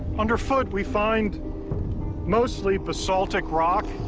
underfoot, we find mostly basaltic rock.